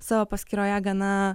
savo paskyroje gana